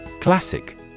Classic